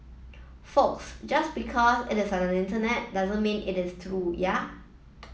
folks just because it is on the Internet doesn't mean it is true ya